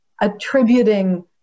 attributing